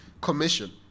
Commission